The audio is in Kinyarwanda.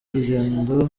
urugendo